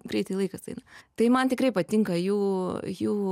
greitai laikas eina tai man tikrai patinka jų jų